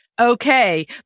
okay